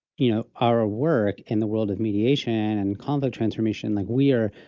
you know, our ah work in the world of mediation and conflict transformation, like we are,